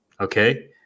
Okay